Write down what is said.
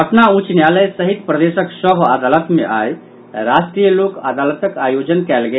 पटना उच्च न्यायालय सहित प्रदेशक सभ अदालत मे आई राष्ट्रीय लोक अदालतक आयोजन कयल गेल